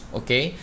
okay